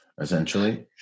essentially